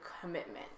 commitment